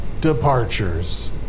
Departures